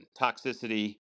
toxicity